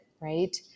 right